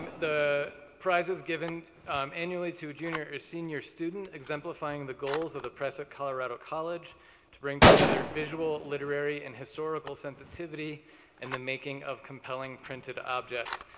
the prize is given annually to a junior or senior student exemplifying the goals of the press at colorado college to bring together visual, literary and historical sensitivity and the making of compelling printed objects.